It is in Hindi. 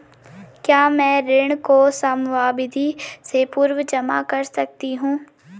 क्या मैं ऋण को समयावधि से पूर्व जमा कर सकती हूँ?